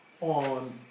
on